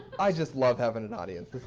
i just love having an audience.